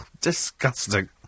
disgusting